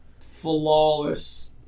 flawless